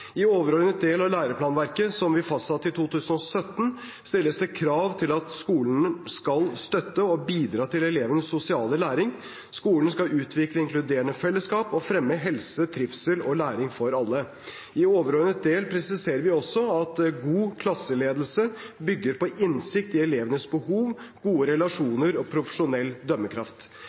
I overordnet del av læreplanverket, som vi fastsatte i 2017, stilles det krav til at skolen skal støtte og bidra til elevenes sosiale læring. Skolen skal utvikle inkluderende fellesskap og fremme helse, trivsel og læring for alle. I overordnet del presiserer vi også at god klasseledelse bygger på innsikt i elevenes behov, gode relasjoner og profesjonell dømmekraft.